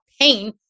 pain